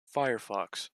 firefox